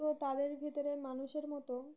তো তাদের ভিতরে মানুষের মতো